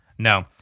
No